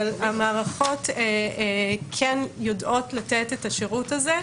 אבל המערכות כן יודעות לתת את השירות הזה.